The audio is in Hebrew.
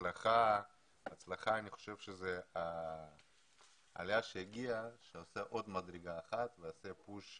ההצלחה של העלייה שהגיעה שמביאה לעוד מדרגה ודוחפת